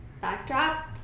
backdrop